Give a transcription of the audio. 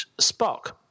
Spock